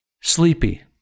Sleepy